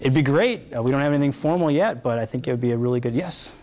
it be great we don't have anything formal yet but i think it would be a really good yes